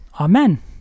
amen